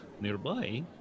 nearby